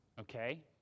okay